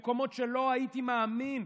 במקומות שלא הייתי מאמין,